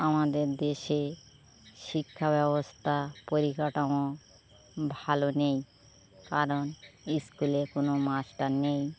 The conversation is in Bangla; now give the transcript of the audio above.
আমাদের দেশে শিক্ষা ব্যবস্থা পরিকাঠামো ভালো নেই কারণ স্কুলে কোনো মাস্টার নেই